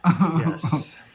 Yes